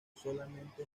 solamente